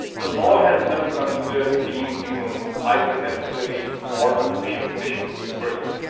the law has never considered being human either necessary or a sufficient condition for being a person.